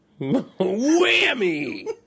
Whammy